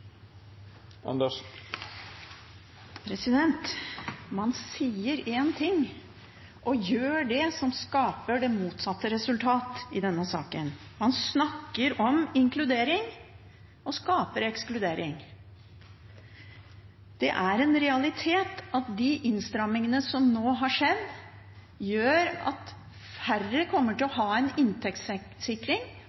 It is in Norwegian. Man sier én ting og gjør det som skaper det motsatte resultat, i denne saken. Man snakker om inkludering og skaper ekskludering. Det er en realitet at de innstrammingene som nå er gjort, gjør at færre kommer til